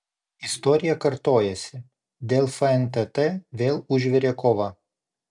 istorija kartojasi dėl fntt vėl užvirė kova